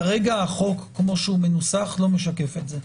כרגע החוק כפי שהוא מנוסח, לא משקף את זה.